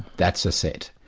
that's a set.